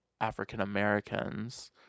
African-Americans